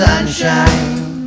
Sunshine